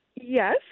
yes